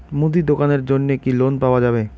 মুদি দোকানের জন্যে কি লোন পাওয়া যাবে?